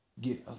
Get